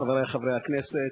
חברי חברי הכנסת,